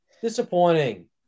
Disappointing